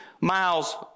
miles